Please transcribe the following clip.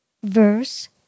Verse